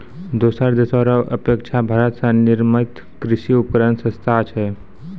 दोसर देशो रो अपेक्षा भारत मे निर्मित कृर्षि उपकरण सस्ता छै